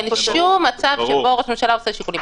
אין שום מצב שבו ראש הממשלה עושים שיקולים פוליטיים.